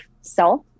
self